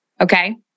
Okay